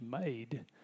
made